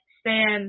Stand